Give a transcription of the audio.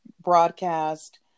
broadcast